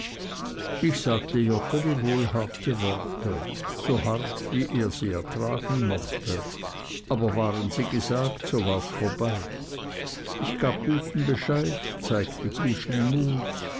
ich sagte joggeli wohl harte worte so hart wie er sie ertragen mochte aber waren sie gesagt so wars vorbei ich gab guten bescheid zeigte guten mut